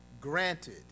granted